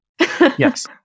Yes